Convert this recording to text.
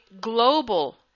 global